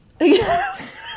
Yes